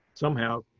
somehow,